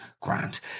Grant